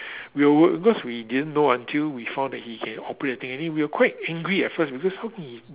we were because we didn't know until we found that he can operate the thing and we were quite angry at first because how can he